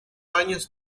años